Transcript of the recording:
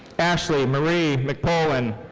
ashley marie mcpoland.